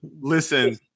listen